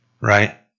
right